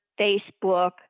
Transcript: Facebook